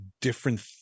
different